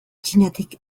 txinatik